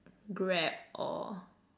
Grab or